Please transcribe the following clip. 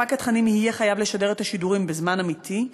ספק התכנים יהיה חייב לשדר את השידורים בזמן אמיתי,